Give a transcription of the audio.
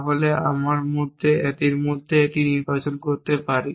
তাহলে আমরা এর মধ্যে এটি নির্বাচন করতে পারি